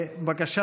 בבקשה.